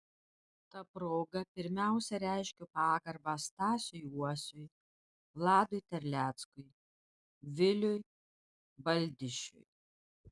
ta proga pirmiausia reiškiu pagarbą stasiui uosiui vladui terleckui viliui baldišiui